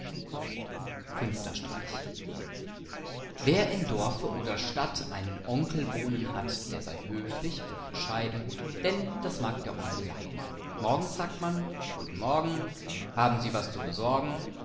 streich wer im dorfe oder stadt einen onkel wohnen hat der sei höflich und bescheiden denn das mag der onkel leiden morgens sagt man guten morgen haben sie was zu besorgen